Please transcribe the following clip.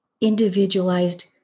individualized